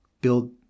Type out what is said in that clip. build